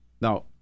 Now